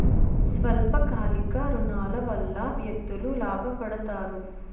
స్వల్ప కాలిక ఋణాల వల్ల వ్యక్తులు లాభ పడతారు